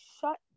Shut